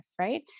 right